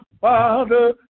father